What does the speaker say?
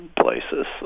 places